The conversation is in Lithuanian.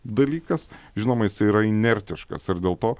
dalykas žinoma jisai yra inertiškas ar dėl to